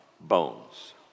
bones